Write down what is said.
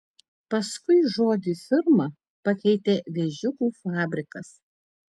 paskui žodį firma pakeitė vėžiukų fabrikas